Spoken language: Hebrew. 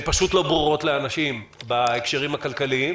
פשוט לא ברורות לאנשים בהקשרים הכלכליים,